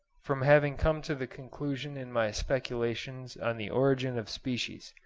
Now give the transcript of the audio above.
from having come to the conclusion in my speculations on the origin of species,